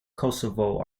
kosovo